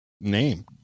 name